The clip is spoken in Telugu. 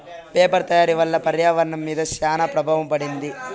పేపర్ తయారీ వల్ల పర్యావరణం మీద శ్యాన ప్రభావం పడింది